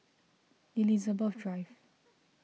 Elizabeth Drive